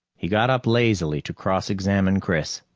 he got up lazily to cross-examine chris.